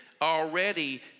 already